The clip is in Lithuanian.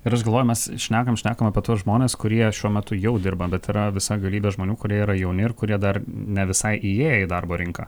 ir aš galvoju mes šnekam šnekam apie tuos žmones kurie šiuo metu jau dirba bet yra visa galybė žmonių kurie yra jauni ir kurie dar ne visai įėję į darbo rinką